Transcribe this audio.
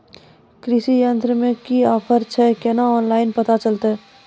कृषि यंत्र मे की ऑफर छै केना ऑनलाइन पता चलतै?